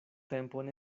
tempon